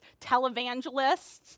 televangelists